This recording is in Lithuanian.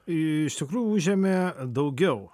iš tikrųjų užėmė daugiau